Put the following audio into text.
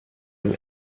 web